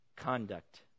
conduct